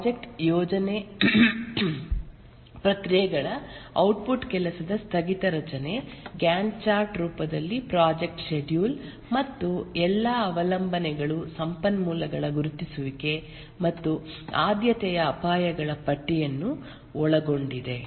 project ಯೋಜನೆ ಪ್ರಕ್ರಿಯೆಗಳ output ಕೆಲಸದ ಸ್ಥಗಿತ ರಚನೆ ಗ್ಯಾಂಟ್ ಚಾರ್ಟ್ ರೂಪದಲ್ಲಿ ಪ್ರಾಜೆಕ್ಟ್ ಷೆಡ್ಯೂಲ್ ಮತ್ತು ಎಲ್ಲಾ ಅವಲಂಬನೆಗಳು ಸಂಪನ್ಮೂಲಗಳ ಗುರುತಿಸುವಿಕೆ ಮತ್ತು ಆದ್ಯತೆಯ ಅಪಾಯಗಳ ಪಟ್ಟಿಯನ್ನು ಒಳಗೊಂಡಿದೆ